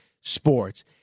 sports